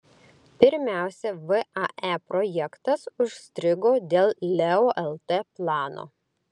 pirmiausia vae projektas užstrigo dėl leo lt plano